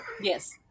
Yes